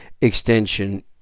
extension